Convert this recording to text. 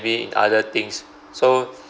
~be in other things so